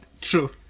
True